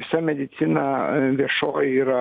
visa medicina viešoji yra